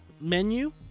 menu